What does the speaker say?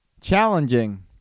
challenging